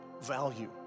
value